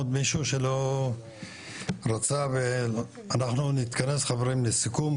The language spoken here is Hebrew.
עוד מישהו שרצה ואנחנו נתכנס חברים לסיכום,